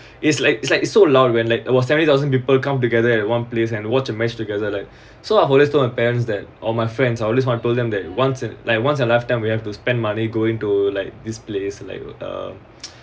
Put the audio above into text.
it's like it's like it's so loud when like about seventy thousand people come together at one place and watch a match together like so I always told my parents that or my friends I always told them that once it like once a lifetime we have to spend money going to like this place like uh